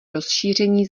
rozšíření